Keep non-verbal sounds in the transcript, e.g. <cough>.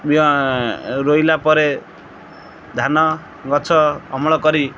<unintelligible> ରୋଇଲା ପରେ ଧାନ ଗଛ ଅମଳ କରି